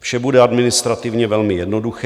Vše bude administrativně velmi jednoduché.